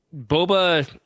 Boba